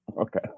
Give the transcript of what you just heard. Okay